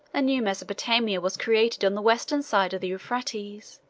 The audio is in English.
a new mesopotamia was created on the western side of the euphrates